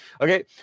Okay